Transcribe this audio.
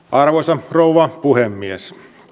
arvoisa rouva puhemies